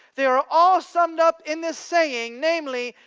they are all. summed up in this saying, namely,